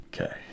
Okay